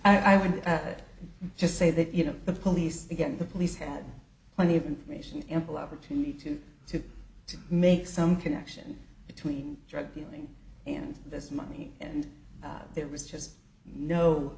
feel i would just say that you know the police to get the police had plenty of information ample opportunity to to to make some connection between drug dealing and this money and there was just no